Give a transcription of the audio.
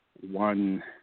one